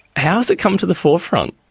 how has it come to the forefront?